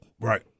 Right